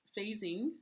phasing